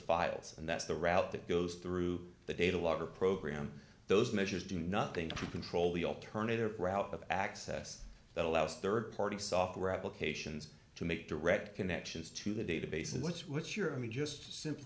files and that's the route that goes through the data logger program those measures do nothing to control the alternative route of access that allows rd party software applications to make direct connections to the database and what's what's your i mean just